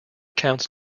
counts